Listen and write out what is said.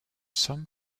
some